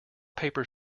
paper